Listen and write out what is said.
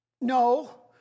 No